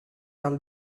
carl